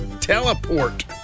teleport